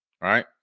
right